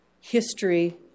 history